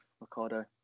ricardo